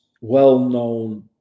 well-known